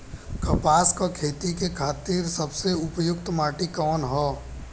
कपास क खेती के खातिर सबसे उपयुक्त माटी कवन ह?